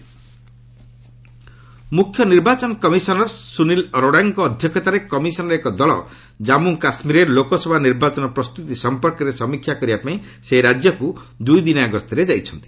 JK ECI ମୁଖ୍ୟ ନିର୍ବାଚନ commissioner Sunil ଅରୋରାଙ୍କ ଅଧ୍ୟକ୍ଷତାରେ କମିଶନ୍ର ଏକ ଦଳ ଜାନ୍ଗୁ କାଶ୍ମୀରରେ ଲୋକସଭା ନିର୍ବାଚନ ପ୍ରସ୍ତୁତି ସଂପର୍କରେ ସମୀକ୍ଷା କରିବା ପାଇଁ ସେହି ରାଜ୍ୟକୁ ଦୁଇଦିନିଆ ଗସ୍ତରେ ସେ ଯାଇଛନ୍ତି